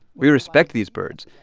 we respect these birds.